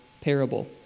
parable